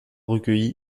recueilli